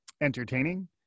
entertaining